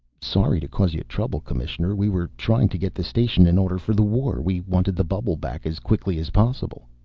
sorry to cause you trouble, commissioner. we were trying to get the station in order for the war. we wanted the bubble back as quickly as possible.